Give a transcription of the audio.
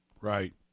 Right